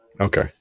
Okay